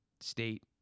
state